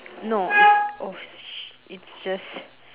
no oh it's just